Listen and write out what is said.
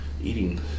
eating